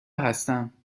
هستم